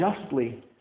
justly